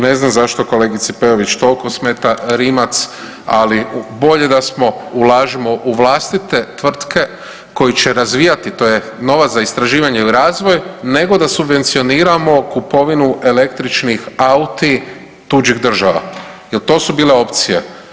Ne znam zašto kolegici Peović toliko smeta Rimac, ali bolje da ulažemo u vlastite tvrtke koje će razvijati, to je novac za istraživanje ili razvoj, nego da subvencioniramo kupovinu električnih auti tuđih država jel to su bile opcije.